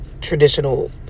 traditional